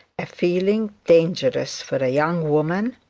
a feeling dangerous for a young woman,